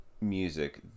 music